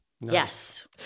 Yes